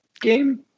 game